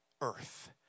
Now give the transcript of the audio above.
earth